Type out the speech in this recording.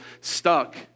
stuck